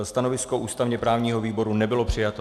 Stanovisko ústavněprávního výboru nebylo přijato.